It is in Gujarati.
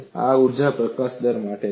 આ ઊર્જા પ્રકાશન દર માટે છે